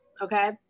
okay